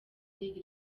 league